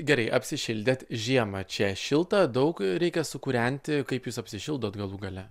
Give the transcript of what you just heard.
gerai apsišildėt žiemą čia šilta daug reikia sukūrenti kaip jūs apsišildot galų gale